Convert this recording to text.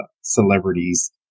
celebrities